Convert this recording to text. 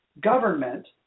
government